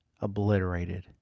obliterated